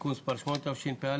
(תיקון מס' 8), התשפ"א.